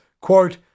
quote